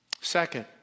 Second